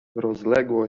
rozległo